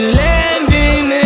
landing